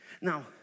Now